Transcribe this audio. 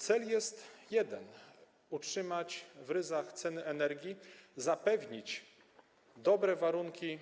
Cel jest jeden: utrzymać w ryzach ceny energii, zapewnić dobre warunki